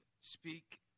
speak